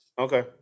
Okay